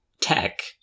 tech